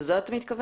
לזה אתה מתכוון?